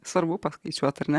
svarbu paskaičiuot ar ne